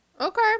Okay